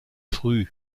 früh